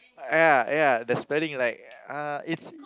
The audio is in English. !aiya! ya the spelling like uh it's